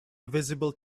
visible